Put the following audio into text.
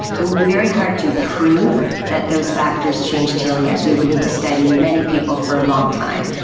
it would be very hard to prove that those factors change telomeres, we would need to study many people for a long time.